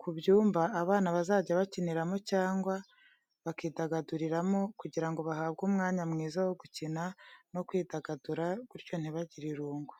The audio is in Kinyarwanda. ku byumba abana bazajya bakiniramo cyangwa bakidagaduriramo kugira ngo bahabwe umwanya mwiza wo gukina no kwidagadura, bityo ntibagire irungu.